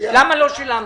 למה לא שילמתם?